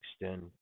extend